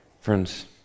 Friends